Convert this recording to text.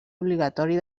obligatori